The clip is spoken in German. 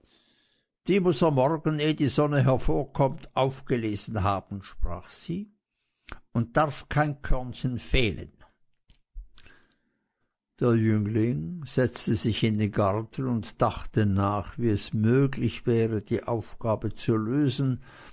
er morgen ehe die sonne hervorkommt aufgelesen haben sprach sie und darf kein körnchen fehlen der jüngling setzte sich in den garten und dachte nach wie es möglich wäre die aufgabe zu lösen